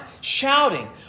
shouting